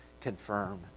confirm